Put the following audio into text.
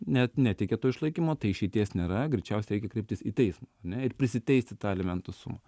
net neteikia to išlaikymo tai išeities nėra greičiausiai reikia kreiptis į teismą ar ne ir prisiteisti tą elementų sumą